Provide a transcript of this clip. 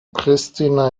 pristina